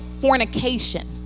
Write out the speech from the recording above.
fornication